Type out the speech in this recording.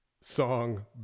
song